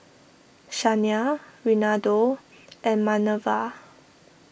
Shania Renaldo and Manerva